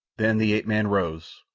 then the ape-man rose,